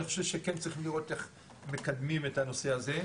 אני חושב שכן צריך לראות כיצד מקדמים את הנושא הזה.